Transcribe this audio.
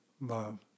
love